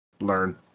learn